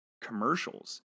commercials